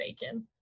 bacon